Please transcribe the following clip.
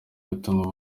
bituma